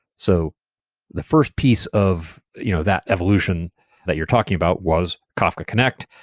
so the first piece of you know that evolution that you're talking about was kafka connect,